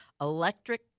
electric